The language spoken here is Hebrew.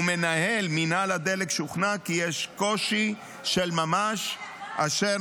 ומנהל מינהל הדלק שוכנע כי יש קושי של ממש אשר